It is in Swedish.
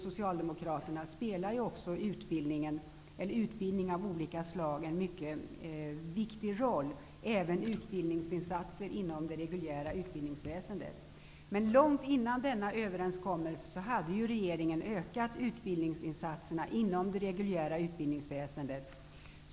Socialdemokraterna spelar ju också utbildning av olika slag en mycket viktig roll. Detta gäller även utbildningsinsatser inom det reguljära utbildningsväsendet. Långt innan denna överenskommelse träffades hade regeringen utökat utbildningsinsatserna inom det reguljära utbildningsväsendet.